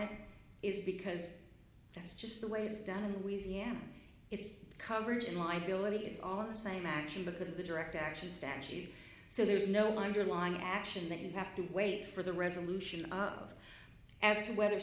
it is because that's just the way it is down in louisiana it's covered in liability it's all the same actually because of the direct action statute so there's no underlying action that you have to wait for the resolution of as to whether